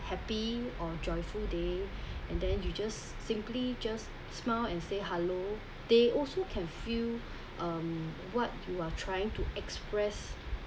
happy or joyful day and then you just simply just smile and say hello they also can feel um what you are trying to express